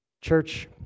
Church